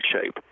shape